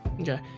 Okay